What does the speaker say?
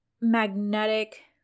Magnetic